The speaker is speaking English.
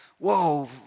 whoa